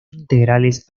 integrales